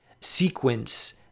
sequence